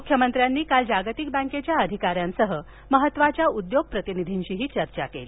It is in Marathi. मुख्यमंत्र्यांनी काल जागतिक बैंकेच्या अधिकाऱ्यांसह महत्वाच्या उद्योग प्रतिनिधींशी चर्चा केली